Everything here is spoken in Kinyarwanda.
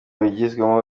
bigizwemo